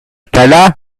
teller